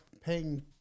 paying